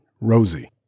Rosie